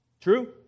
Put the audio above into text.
True